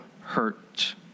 hurt